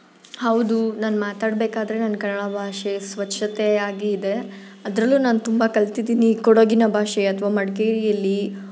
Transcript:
ಹೌದು ನಾನು ಮಾತಾಡಬೇಕಾದ್ರೆ ನನ್ನ ಕನ್ನಡ ಭಾಷೆ ಸ್ವಚ್ಛತೆ ಆಗಿ ಇದೆ ಅದರಲ್ಲೂ ನಾನು ತುಂಬ ಕಲ್ತಿದ್ದೀನಿ ಕೊಡಗಿನ ಭಾಷೆ ಅಥವಾ ಮಡಿಕೇರಿಯಲ್ಲಿ